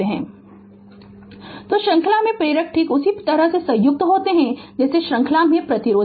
Refer Slide Time 1943 तो श्रृंखला में प्रेरक ठीक उसी तरह संयुक्त होते हैं जैसे श्रृंखला में प्रतिरोधक